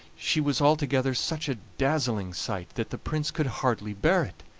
she was altogether such a dazzling sight that the prince could hardly bear it.